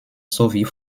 sowie